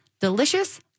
Delicious